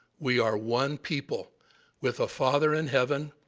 we are one people with a father in heaven